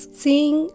seeing